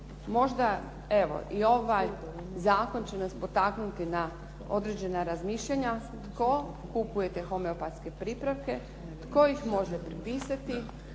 Možda evo i ovaj zakon će nas potaknuti na određena razmišljanja, tko kupuje te homeopatske pripravke, tko ih može propisati